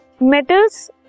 Metals